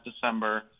December